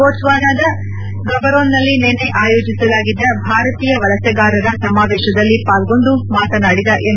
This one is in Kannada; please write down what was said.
ಬೋಟ್ನ್ವಾನಾದ ಗಾಮೊರೊನ್ನಲ್ಲಿ ನಿನ್ನೆ ಆಯೋಜಿಸಲಾಗಿದ್ದ ಭಾರತೀಯ ವಲಸೆಗಾರರ ಸಮಾವೇಶದಲ್ಲಿ ಪಾಲ್ಗೊಂಡು ಮಾತನಾಡಿದ ಎಂ